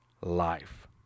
life